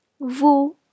Vous